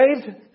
saved